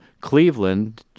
Cleveland